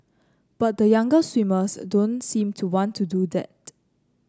but the younger swimmers don't seem to want to do that